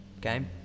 game